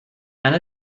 and